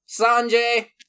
Sanjay